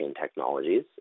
technologies